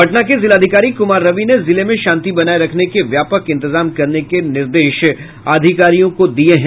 पटना के जिलाधिकारी कुमार रवि ने जिले में शांति बनाये रखने के व्यापक इंतजाम करने के निर्देश अधिकारियों को दिये हैं